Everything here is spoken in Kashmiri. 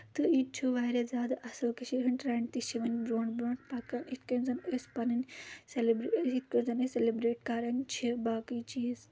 تہٕ یہِ تہِ چھُ واریاہ زیادٕ اَصٕل کٔشیٖر ہُند ٹرینٛڈ تہِ چھِ یِوَان برونٛٹھ برونٛٹھ پَکان یِتھ کٔنۍ زَن أسۍ پَنٕنۍ سیل یِتھ کٔنۍ زَن أسۍ سیلِبریٹ کَرَان چھِ باقٕے چیٖز